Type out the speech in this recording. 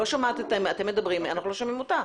שומעת ואתם מדברים ואנחנו לא שומעים אותה.